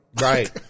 Right